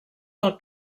del